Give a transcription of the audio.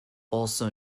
also